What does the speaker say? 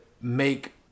make